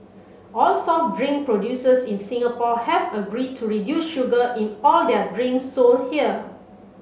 all soft drink producers in Singapore have agreed to reduce sugar in all their drink sold here